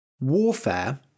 Warfare